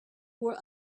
were